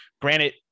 Granted